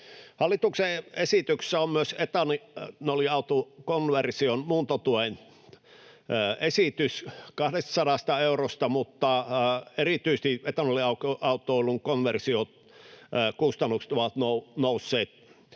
Hallituksen esityksessä on myös etanoliautoilukonversion muuntotuen esitys 200 eurosta, mutta erityisesti etanoliautoilun konversiokustannukset ovat nousseet